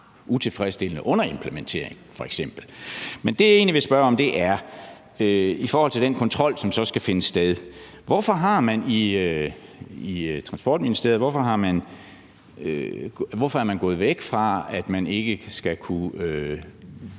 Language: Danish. utilfredsstillende underimplementering. Men det, jeg egentlig vil spørge om i forhold til den kontrol, som så skal finde sted, er, hvorfor man i Transportministeriet er gået væk fra, at man ikke skal kunne